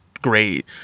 great